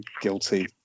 guilty